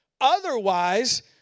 Otherwise